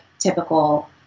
typical